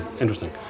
interesting